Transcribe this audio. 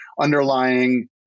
underlying